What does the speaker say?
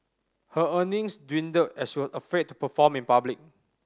her earnings dwindled as she was afraid to perform in public